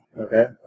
Okay